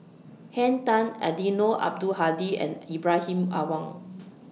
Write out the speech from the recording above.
Henn Tan Eddino Abdul Hadi and Ibrahim Awang